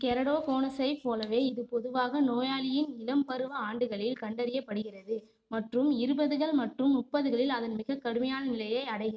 கெரடோகோனஸைப் போலவே இது பொதுவாக நோயாளியின் இளம் பருவ ஆண்டுகளில் கண்டறியப்படுகிறது மற்றும் இருபதுகள் மற்றும் முப்பதுகளில் அதன் மிகக் கடுமையான நிலையை அடைகிறது